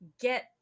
get